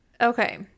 Okay